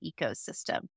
ecosystem